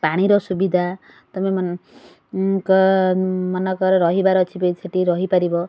ପାଣିର ସୁବିଧା ତମ ମା କ ମାନକର ରହିବାର ଅଛି ବି ସେଇଠି ରହିପାରିବ